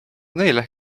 neile